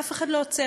אף אחד לא עוצר.